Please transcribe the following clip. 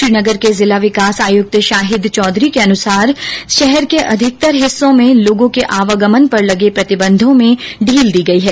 श्रीनगर के जिला विकास आयुक्त शाहिद चौधरी के अनुसार शहर के अधिकतर हिस्सो में लोगो के आवागमन पर लगे प्रतिबंधों में ढील दी गयी है